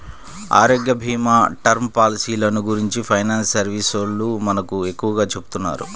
ఆరోగ్యభీమా, టర్మ్ పాలసీలను గురించి ఫైనాన్స్ సర్వీసోల్లు మనకు ఎక్కువగా చెబుతున్నారు